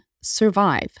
survive